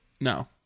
No